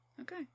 Okay